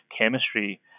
Chemistry